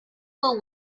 will